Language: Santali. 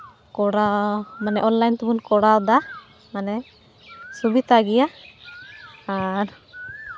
ᱠᱚᱨᱟᱣ ᱢᱟᱱᱮ ᱚᱱᱞᱟᱭᱤᱱ ᱛᱮᱵᱚᱱ ᱠᱚᱨᱟᱣᱫᱟ ᱢᱟᱱᱮ ᱥᱩᱵᱤᱛᱟ ᱜᱮᱭᱟ ᱟᱨ